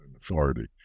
authority